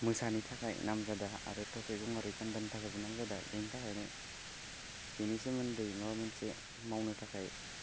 मोसानि थाखाय नामजादा आरो थसे गङारि गान्दानि थाखायबो नामजादा बेनि थाखायनो बेनि सोमोन्दै माबा मोनसे मावनो थाखाय